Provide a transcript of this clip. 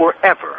forever